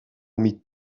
mit